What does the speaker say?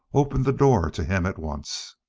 opened the door to him at once.